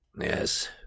Yes